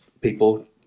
people